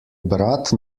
brat